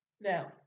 Now